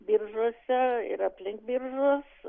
biržuose ir aplink biržus